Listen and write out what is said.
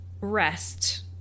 rest